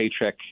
paycheck